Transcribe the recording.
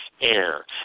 AIR